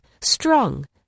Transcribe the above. strong